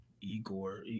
igor